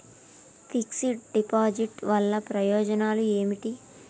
Fix డ్ deposit వల్ల ప్రయోజనాలు ఏమిటి?